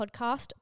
podcast